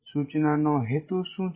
સૂચનાનો હેતુ શું છે